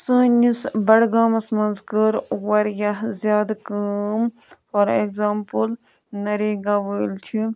سٲنِس بَڈگامَس منٛز کٔر واریاہ زیادٕ کٲم فار ایٚگزامپٕل نَریگاہ وٲلۍ چھِ